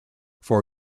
for